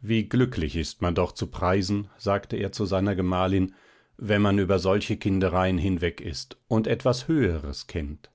wie glücklich ist man doch zu preisen sagte er zu seiner gemahlin wenn man über solche kindereien hinweg ist und etwas höheres kennt